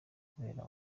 kubera